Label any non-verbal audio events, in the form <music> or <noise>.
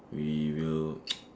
we will <noise>